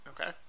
Okay